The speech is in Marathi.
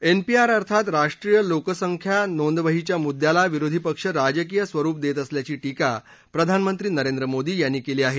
एनपीआर अर्थात राष्ट्रीय लोकसंख्या नोंदवहीच्या मुद्द्याला विरोधी पक्ष राजकीय स्वरुप देत असल्याची टीका प्रधानमंत्री नरेंद्र मोदी यांनी केली आहे